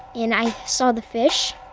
and i saw the fish.